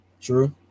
True